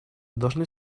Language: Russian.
должны